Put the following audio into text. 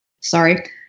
Sorry